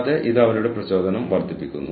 അതാണ് നമ്മൾ മത്സര നേട്ടം കൊണ്ട് ഉദ്ദേശിക്കുന്നത്